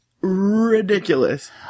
ridiculous